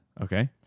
Okay